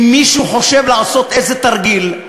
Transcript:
אם מישהו חושב לעשות איזה תרגיל,